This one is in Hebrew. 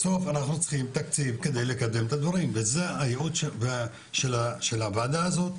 בסוף אנחנו צריכים תקציב כדי לקדם את הדברים וזה הייעוד של הוועדה הזאת